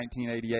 1988